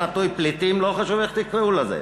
מהגרים/מסתננים/פליטים, לא חשוב איך תקראו לזה,